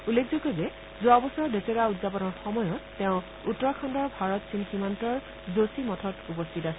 উল্লেখযোগ্য যে যোৱাবছৰ দছেৰা উদযাপনৰ সময়ত তেওঁ উত্তৰাখণ্ডৰ ভাৰত চীন সীমান্তৰ যোশী মঠত উপস্থিত আছিল